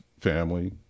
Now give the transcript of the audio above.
family